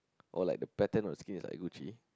or like the pattern of the skin is like Gucci